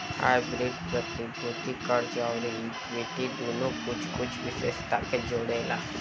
hybrid प्रतिभूति, कर्ज अउरी इक्विटी दुनो के कुछ कुछ विशेषता के जोड़ेला